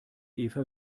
eva